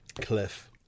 Cliff